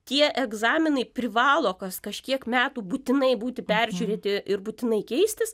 tie egzaminai privalo kas kažkiek metų būtinai būti peržiūrėti ir būtinai keistis